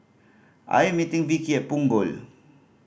I am meeting Vickie at Punggol